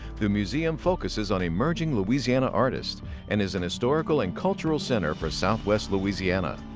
the museum focuses on emerging louisiana artists and is an historical and cultural center for southwest louisiana.